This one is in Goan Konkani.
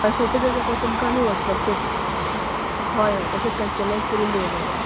हय फॉटो जाय जाल्यार तुमकां आमी वॉट्सऍप करता होय होय तशेंच कस्टमायझ करून दवरलेलें आसा